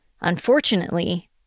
Unfortunately